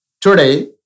Today